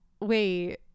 Wait